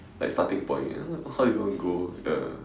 like starting point how you want to go the